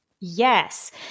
Yes